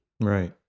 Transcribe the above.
Right